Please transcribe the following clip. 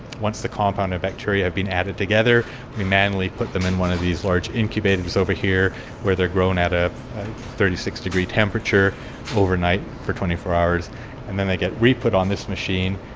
once the compound and bacteria have been added together we manually put them in one of these large incubators over here where they are grown at a thirty six degree temperature overnight for twenty four hours and then they get re-put on this machine,